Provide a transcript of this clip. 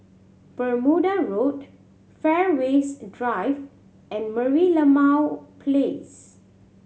Bermuda Road Fairways Drive and Merlimau Place